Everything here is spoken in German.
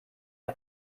auf